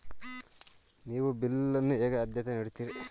ನೀವು ಬಿಲ್ ಅನ್ನು ಹೇಗೆ ಆದ್ಯತೆ ನೀಡುತ್ತೀರಿ?